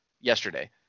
yesterday